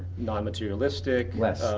non materialistic. less.